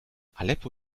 aleppo